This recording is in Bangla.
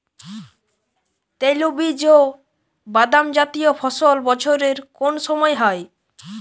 তৈলবীজ ও বাদামজাতীয় ফসল বছরের কোন সময় হয়?